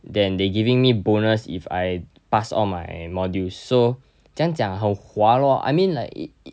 then they giving me bonus if I pass all my modules so 这样讲豪华 lor I mean like i~ it